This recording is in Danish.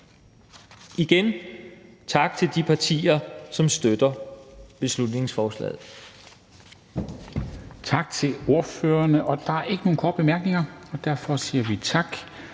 sige tak til de partier, som støtter beslutningsforslaget.